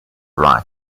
write